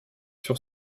sur